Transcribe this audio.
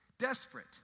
desperate